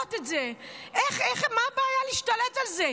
ולגנות את זה, איך, מה הבעיה להשתלט על זה?